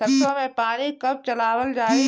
सरसो में पानी कब चलावल जाई?